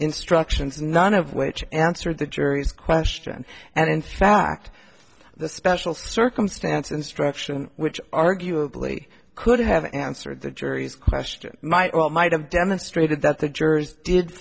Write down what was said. instructions none of which answered the jury's question and in fact the special circumstance instruction which arguably could have answered the jury's question might or might have demonstrated that the jurors did